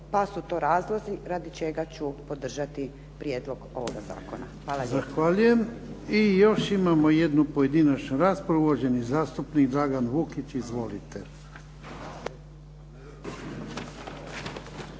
Pa su to razlozi radi čega ću podržati prijedlog ovoga zakona. Hvala lijepo.